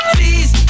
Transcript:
Please